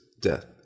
death